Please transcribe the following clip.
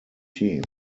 team